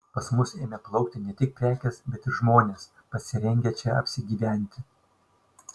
pas mus ėmė plaukti ne tik prekės bet ir žmonės pasirengę čia apsigyventi